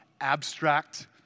abstract